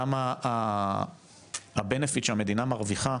גם הבנפיט שהמדינה מרוויחה,